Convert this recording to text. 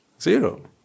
Zero